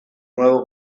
nuevo